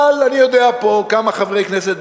אבל אני יודע פה כמה חברי כנסת,